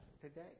today